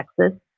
Texas